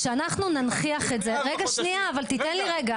כשאנחנו ננכיח את זה --- לא, לא, שנייה.